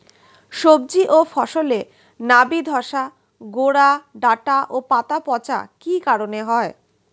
সবজি ও ফসলে নাবি ধসা গোরা ডাঁটা ও পাতা পচা কি কারণে হয়?